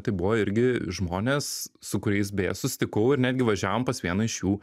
tai buvo irgi žmonės su kuriais beje susitikau ir netgi važiavom pas vieną iš jų